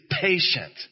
patient